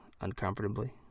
uncomfortably